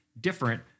different